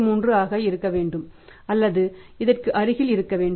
33 ஆக இருக்க வேண்டும் அல்லது இதற்கு அருகில் இருக்க வேண்டும்